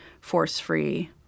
force-free